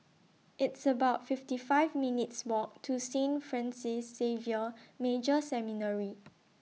It's about fifty five minutes' Walk to Saint Francis Xavier Major Seminary